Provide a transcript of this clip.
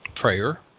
prayer